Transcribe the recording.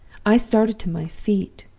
i started to my feet,